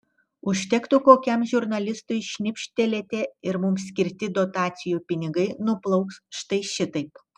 užtektų kokiam žurnalistui šnipštelėti ir mums skirti dotacijų pinigai nuplauks štai šitaip